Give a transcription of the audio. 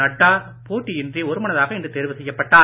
நட்டா போட்டியின்றி ஒருமனதாக இன்று தேர்வு செய்யப்பட்டார்